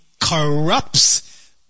corrupts